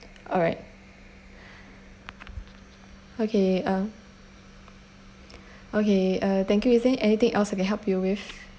alright okay uh okay uh thank you is there anything else I can help you with